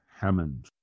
Hammond